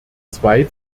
zwei